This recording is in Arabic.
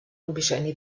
بشأن